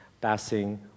passing